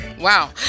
Wow